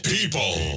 People